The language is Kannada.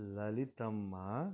ಲಲಿತಮ್ಮ